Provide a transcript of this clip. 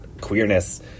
queerness